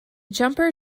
jumper